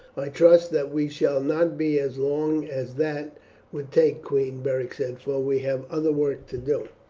i trust that we shall not be as long as that would take, queen, beric said, for we have other work to do.